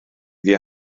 iddi